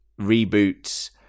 reboots